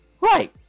Right